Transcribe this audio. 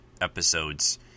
episodes